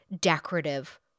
decorative